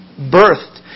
birthed